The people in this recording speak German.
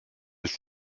ist